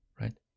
right